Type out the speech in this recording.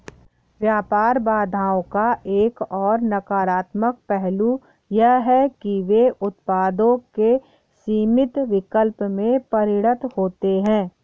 व्यापार बाधाओं का एक और नकारात्मक पहलू यह है कि वे उत्पादों के सीमित विकल्प में परिणत होते है